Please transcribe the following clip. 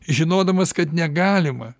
žinodamas kad negalima